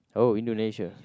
oh Indonesia